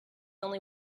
only